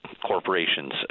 corporations